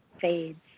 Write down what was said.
fades